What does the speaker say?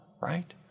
Right